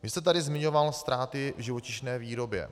Vy jste tady zmiňoval ztráty v živočišné výrobě.